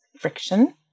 friction